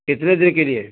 کتنے دیر کے لیے